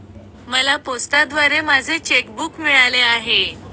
मला पोस्टाद्वारे माझे चेक बूक मिळाले आहे